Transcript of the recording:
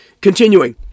continuing